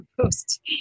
post